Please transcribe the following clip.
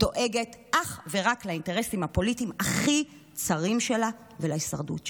דואגת אך ורק לאינטרסים הפוליטיים הכי צרים שלה ולהישרדות שלה,